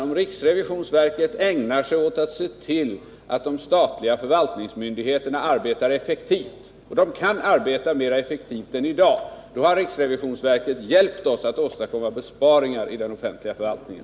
Om riksrevisionsverket ägnar sig åt att se till att de statliga förvaltningsmyndigheterna arbetar effektivt — och de kan arbeta mer effektivt än i dag — då har riksrevisionsverket hjälpt oss att åstadkomma besparingar i den offentliga förvaltningen.